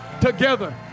together